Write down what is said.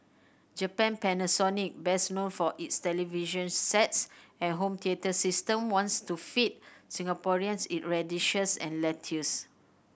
Japan Panasonic best known for its television sets and home theatre system wants to feed Singaporeans its radishes and lettuce